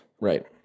Right